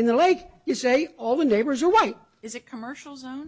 in the lake you say all the neighbors are white is a commercial zon